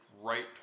right